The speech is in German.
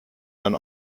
mein